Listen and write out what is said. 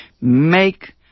Make